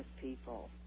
people